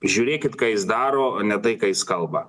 žiūrėkit ką jis daro ne tai ką jis kalba